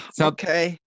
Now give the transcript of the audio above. okay